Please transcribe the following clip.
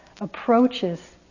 approaches